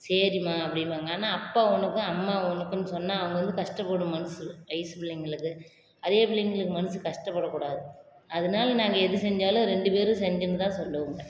சரிம்மா அப்படின்பாங்க ஆனால் அப்பா உனக்கும் அம்மா உனக்குன் சொன்னா அவங்க வந்து கஷ்டப்படும் மனசு வயசு பிள்ளைங்களுக்கு அதே பிள்ளைங்களுக்கு மனசு கஷ்டப்படக்கூடாது அதனால நாங்கள் எது செஞ்சாலும் ரெண்டு பேரும் செஞ்சம்னு தான் சொல்லுவோங்க